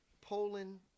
Poland